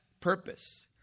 purpose